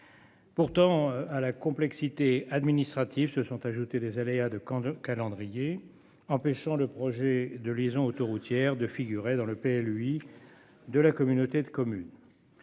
Pourtant à la complexité administrative se sont ajoutés des aléas de de calendrier empêchant le projet de liaison autoroutière de figurer dans le pays lui de la communauté de communes.